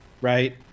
right